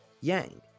Yang